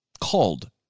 called